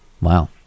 Wow